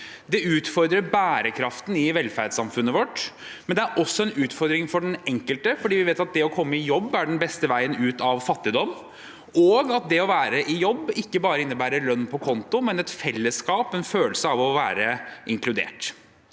Det utfordrer bærekraften i velferdssamfunnet vårt, men det er også en utfordring for den enkelte – for vi vet at å komme i jobb er den beste veien ut av fattigdom, og at å være i jobb ikke bare innebærer lønn på konto, men et fellesskap, en følelse av å være inkludert.